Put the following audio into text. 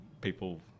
people